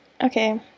okay